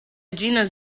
genus